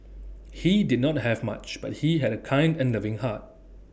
he did not have much but he had A kind and loving heart